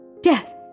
Death